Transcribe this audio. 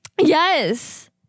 Yes